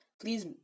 please